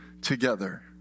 together